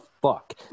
fuck